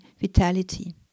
vitality